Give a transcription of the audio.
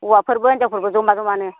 हौवाफोरबो हिनजावफोरबो जमा जमानो